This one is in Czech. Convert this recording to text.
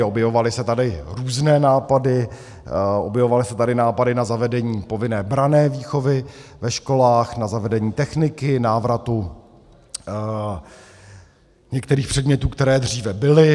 Objevovaly se tady různé nápady, objevovaly se tady nápady na zavedení povinné branné výchovy ve školách, na zavedení techniky, návratu některých předmětů, které dříve byly.